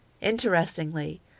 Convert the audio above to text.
Interestingly